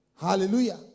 Hallelujah